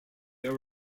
are